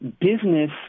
business